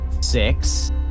six